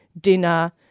dinner